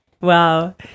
wow